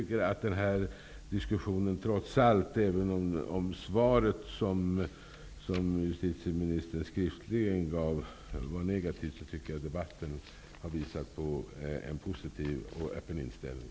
Fru talman! Även om det svar justitieministern skriftligen gav var negativt, tycker jag att debatten har visat på en positiv och öppen inställning.